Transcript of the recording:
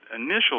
initial